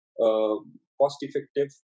cost-effective